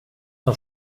pel